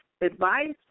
advice